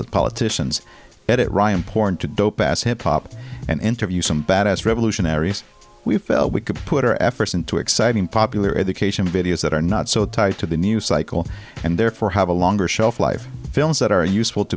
at politicians edit riot porn to dope ass hip hop and interview some bad ass revolutionaries we felt we could put our efforts into exciting popular education videos that are not so tied to the news cycle and therefore have a longer shelf life films that are useful to